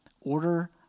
Order